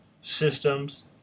systems